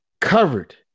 covered